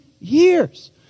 years